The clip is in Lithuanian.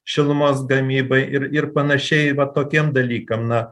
šilumos gamybai ir ir panašiai va tokiem dalykam na